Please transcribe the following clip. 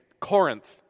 Corinth